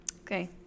Okay